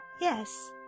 Yes